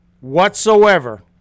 whatsoever